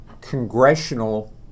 congressional